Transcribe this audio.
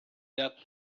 dug